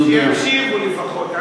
שיקשיבו לפחות.